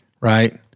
right